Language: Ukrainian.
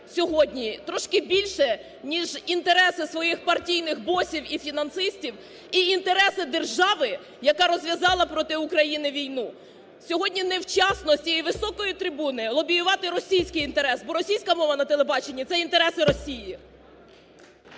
сьогодні трошки більше, ніж інтереси своїх партійних босів і фінансистів, і інтереси держави, яка розв'язала проти України війну. Сьогодні невчасно з цієї високої трибуни лобіювати російський інтерес. Бо російська мова на телебаченні – це інтереси Росії!